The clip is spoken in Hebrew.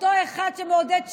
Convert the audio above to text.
אותו אחד שמעודד שהידים.